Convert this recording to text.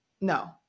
no